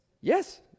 Yes